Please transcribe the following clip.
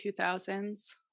2000s